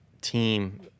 team